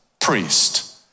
priest